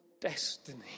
destiny